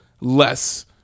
less